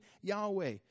Yahweh